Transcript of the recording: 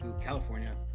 california